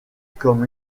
comme